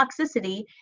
toxicity